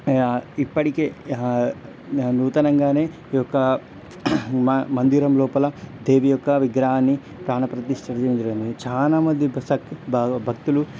ఇప్పటికే నూతనంగానే ఈ యొక్క మా మందిరం లోపల దేవి యొక్క విగ్రహాన్ని ప్రాణప్రతిష్ఠ చేయడం జరిగింది చాలా మంది బస్ బావో భక్తులు